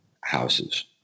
houses